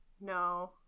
No